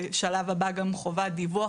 ובשלב הבא גם חובת דיווח,